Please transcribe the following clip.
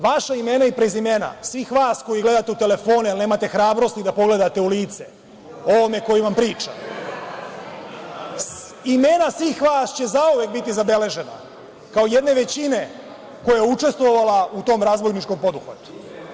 U suprotnom, vaša imena i prezimena, svih vas koji gledate u telefone, jer nemate hrabrosti da pogledate u lice ovome ko vam priča, imena svih vas će zauvek biti zabeležena kao jedne većine koja je učestvovala u tom razbojničkom poduhvatu.